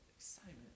Excitement